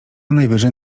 najwyżej